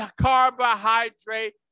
carbohydrate